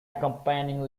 accompanying